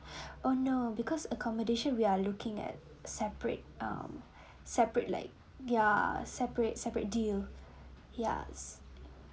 oh no because accommodation we are looking at separate um separate like ya separate separate deal yes